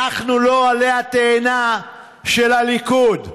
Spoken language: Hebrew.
אנחנו לא עלה התאנה של הליכוד.